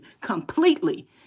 completely